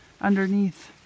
underneath